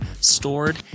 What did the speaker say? stored